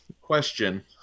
Question